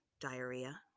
diarrhea